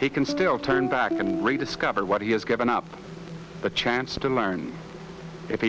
he can still turn back and rediscover what he has given up the chance to learn if